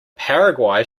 paraguay